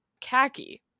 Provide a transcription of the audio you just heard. khaki